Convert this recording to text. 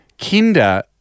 kinder